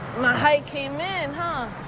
my height came in, huh?